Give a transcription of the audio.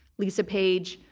lisa paige,